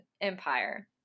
Empire